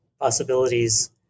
possibilities